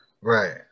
Right